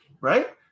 Right